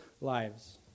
lives